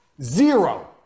Zero